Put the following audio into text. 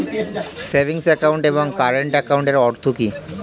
Savings account এবং current একাউন্টের অর্থ কি?